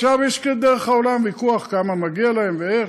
עכשיו יש, כדרך העולם, ויכוח כמה מגיע להם ואיך.